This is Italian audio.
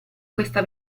questa